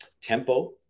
tempo